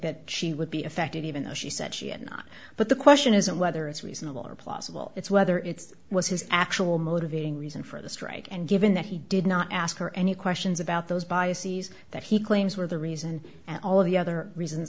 that she would be affected even though she said she had not but the question isn't whether it's reasonable or plausible it's whether it's was his actual motivating reason for the strike and given that he did not ask her any questions about those biases that he claims were the reason at all of the other reasons